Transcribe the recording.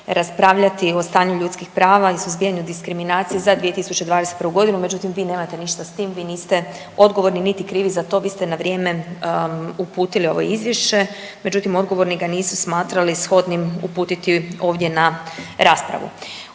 o stanju ljudskih prava i suzbijanju diskriminacije za 2021. g., međutim, vi nemate ništa s tim, vi niste odgovorni niti krivi za to, vi ste na vrijeme uputili ovo Izvješće, međutim, odgovorni ga nisu smatrali shodnim uputiti ovdje na raspravu.